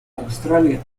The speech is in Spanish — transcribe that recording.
australia